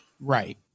Right